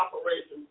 operations